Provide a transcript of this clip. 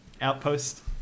Outpost